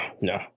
no